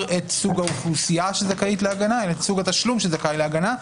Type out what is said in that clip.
את סוג האוכלוסייה שזכאית להגנה אלא את סוג התשלום שזכאי להגנה.